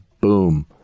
Boom